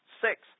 six